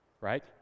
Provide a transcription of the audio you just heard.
right